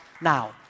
now